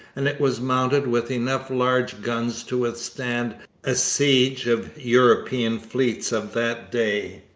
and it was mounted with enough large guns to withstand a siege of european fleets of that day.